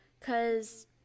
Cause